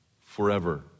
forever